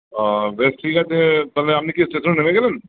বেশ ঠিক আছে তাহলে আপনি কি স্টেশনে নেমে গেলেন